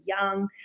young